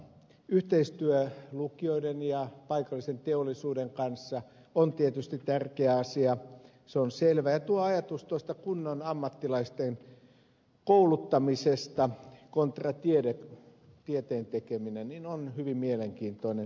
yhteistyö lukioiden ja paikallisen teollisuuden kanssa on tietysti tärkeä asia se on selvää ja ajatus kunnon ammattilaisten kouluttamisesta kontra tieteen tekeminen on hyvin mielenkiintoinen